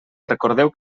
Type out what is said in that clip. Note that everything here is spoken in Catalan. recordeu